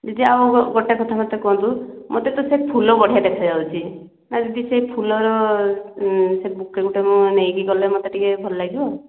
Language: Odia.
ଦିଦି ଆଉ ଗୋ ଗୋଟେ କଥା ମୋତେ କୁହନ୍ତୁ ମୋତେ ତ ସେ ଫୁଲ ବଢ଼ିଆ ଦେଖାଯାଉଛି ଯଦି ସେ ଫୁଲର ସେ ବୁକେ ମୁଁ ଗୋଟେକୁ ନେଇକି ଗଲେ ମୋତେ ଟିକିଏ ଭଲ ଲାଗିବ